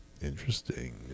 Interesting